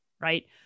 right